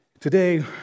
Today